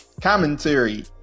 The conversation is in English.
commentary